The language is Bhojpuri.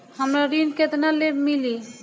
हमरा ऋण केतना ले मिली?